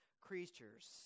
creatures